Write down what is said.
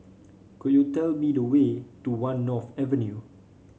could you tell me the way to One North Avenue